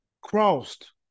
crossed